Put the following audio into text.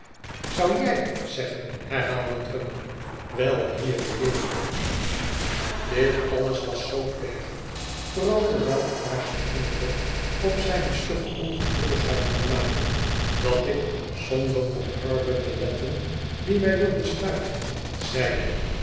zou jij zeggen herhaalde drummle wel heereje dit alles was zoo tergend vooral dewijl ik maar geen indruk op zijne stugge ongevoeligheid kon maken dat ik zonder op herbert te letten die mij wilde stuiten zeide